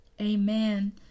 Amen